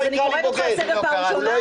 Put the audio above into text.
אז אני קוראת אותך לסדר פעם ראשונה,